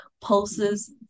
pulses